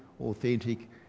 authentic